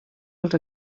els